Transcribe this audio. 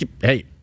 Hey